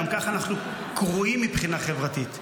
גם ככה אנחנו קרועים מבחינה חברתית,